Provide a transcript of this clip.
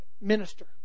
minister